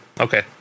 Okay